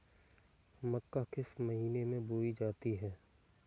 मक्का किस महीने में बोई जाती है?